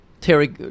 Terry